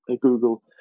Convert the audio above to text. Google